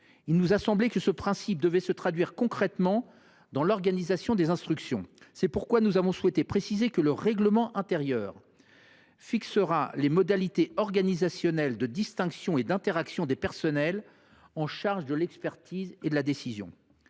« de papier ». Ce principe doit se traduire concrètement dans l’organisation des instructions. C’est pourquoi nous avons souhaité préciser que le règlement intérieur fixera les modalités organisationnelles de distinction et d’interaction des personnels chargés de l’expertise et de la décision.